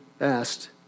asked